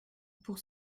pour